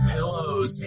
Pillows